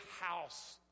house